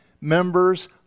members